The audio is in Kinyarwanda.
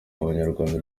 abanyarwanda